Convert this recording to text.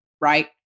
right